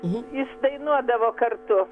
jis dainuodavo kartu